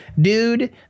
dude